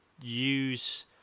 use